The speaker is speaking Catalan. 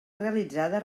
realitzada